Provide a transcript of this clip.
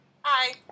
Hi